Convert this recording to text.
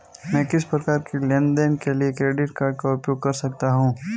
मैं किस प्रकार के लेनदेन के लिए क्रेडिट कार्ड का उपयोग कर सकता हूं?